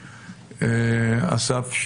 אסף,